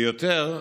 ויותר מכך,